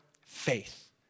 faith